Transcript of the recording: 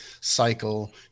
cycle